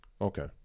Okay